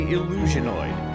Illusionoid